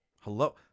Hello